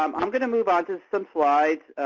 um um going to move on to some slides.